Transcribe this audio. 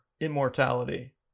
immortality